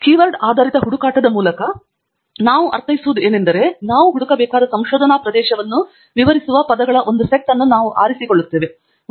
keyword ಆಧಾರಿತ ಹುಡುಕಾಟದ ಮೂಲಕ ನಾವು ಅರ್ಥೈಸುವೆಂದರೆ ನಾವು ಹುಡುಕಬೇಕಾದ ಸಂಶೋಧನಾ ಪ್ರದೇಶವನ್ನು ವಿವರಿಸುವ ಪದಗಳ ಒಂದು ಸೆಟ್ ಅನ್ನು ನಾವು ಆರಿಸಿಕೊಳ್ಳುತ್ತೇವೆ